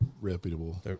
reputable